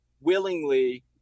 willingly